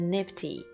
Nifty